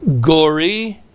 gory